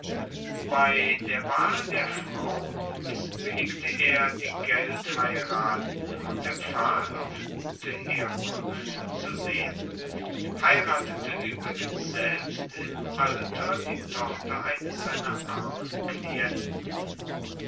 bei der wahl der frau missbilligte er die geldheiraten und empfahl auf gute herkunft zu sehen heiratete uebrigens selbst im alter die tochter eines seiner armen klienten